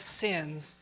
sins